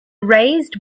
raised